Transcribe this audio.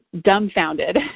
dumbfounded